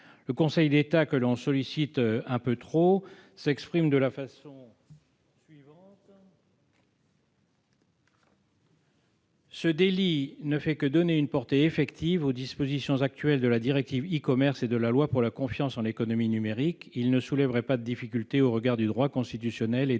Le Conseil d'État, que l'on sollicite un peu trop, souligne pourtant que ce délit « ne viendrait que donner une portée effective aux dispositions actuelles de la directive e-commerce » et de la loi pour la confiance dans l'économie numérique et « ne soulèverait pas de difficulté au regard du droit constitutionnel et